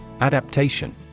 Adaptation